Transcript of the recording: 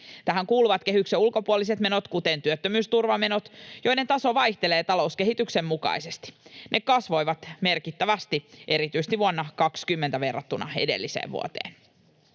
Tähän kuuluvat kehyksen ulkopuoliset menot, kuten työttömyysturvamenot, joiden taso vaihtelee talouskehityksen mukaisesti. Ne kasvoivat merkittävästi erityisesti vuonna 20 verrattuna edelliseen vuoteen.